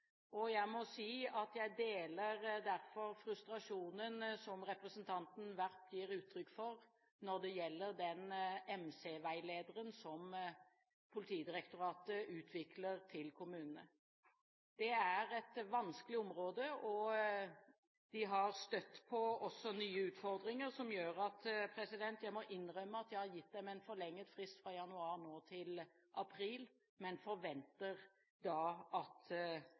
Jeg må si at jeg derfor deler frustrasjonen som representanten Werp gir uttrykk for når det gjelder den MC-veilederen som Politidirektoratet utvikler til kommunene. Det er et vanskelig område, og de har også støtt på nye utfordringer. Jeg må innrømme at jeg nå har gitt dem en forlenget frist fra januar til april, men forventer da at